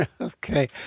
okay